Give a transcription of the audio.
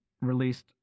released